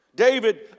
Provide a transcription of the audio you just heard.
David